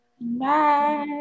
Bye